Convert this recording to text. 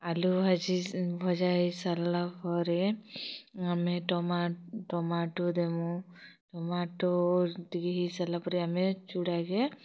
ଆଲୁ ଭାଜି ଭଜା ହେଇ ସାରିଲା ପରେ ଆମେ ଟମାଟ୍ ଟମାଟୋ ଦେମୁଁ ଟମାଟୋ ଟିକେ ହେଇ ସାରିଲା ପରେ ଆମେ ଚୁଡ଼ାକେ